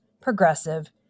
progressive